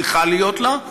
צריכה להיות לה,